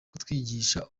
kutwigisha